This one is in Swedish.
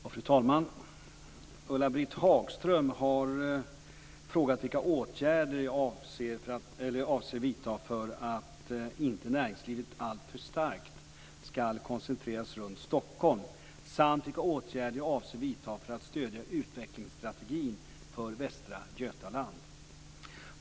Fru talman! Ulla-Britt Hagström har frågat vilka åtgärder jag avser vidta för att inte näringslivet alltför starkt ska koncentreras runt Stockholm samt vilka åtgärder jag avser vidta för att stödja utvecklingsstrategin för Västra Götaland.